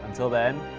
until then,